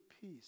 peace